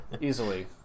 easily